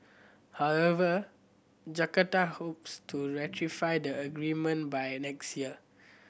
however Jakarta hopes to ratify the agreement by next year